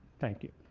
thank you.